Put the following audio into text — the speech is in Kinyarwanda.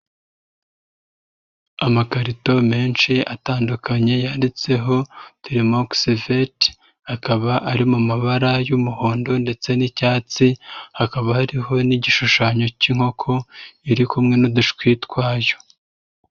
Amakarito menshi atandukanye yanditseho telemox vet, akaba ari mu mabara y'umuhondo ndetse n'icyatsi, hakaba hariho n'igishushanyo k'inkoko iri kumwe n'udushwi twayo.